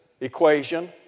equation